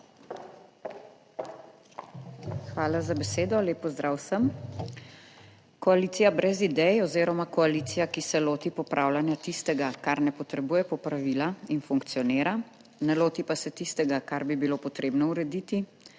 Hvala za besedo. Lep pozdrav vsem! Koalicija brez idej oziroma koalicija, ki se loti popravljanja tistega, kar ne potrebuje popravila in funkcionira, ne loti pa se tistega, kar bi bilo potrebno urediti,